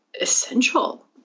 essential